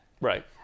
Right